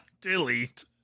Delete